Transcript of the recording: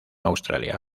australia